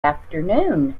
afternoon